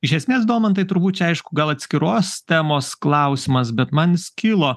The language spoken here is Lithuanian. iš esmės domantai turbūt čia aišku gal atskiros temos klausimas bet man jis kilo